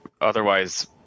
otherwise